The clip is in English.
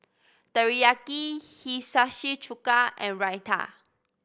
Teriyaki Hiyashi Chuka and Raita